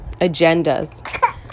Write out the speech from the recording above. agendas